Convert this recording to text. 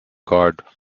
god